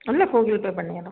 எல்லாம் phone GPay பண்ணிடுறோம்